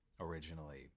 originally